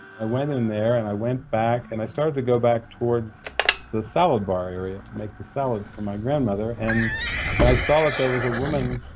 i went in in there and i went back, and i started to go back towards the salad bar area to make the salad for my grandmother. and and i saw that there was a woman